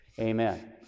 Amen